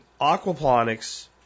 aquaponics